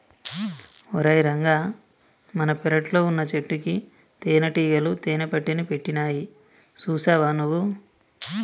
ఓరై రంగ మన పెరట్లో వున్నచెట్టుకి తేనటీగలు తేనెపట్టుని పెట్టినాయి సూసావా నువ్వు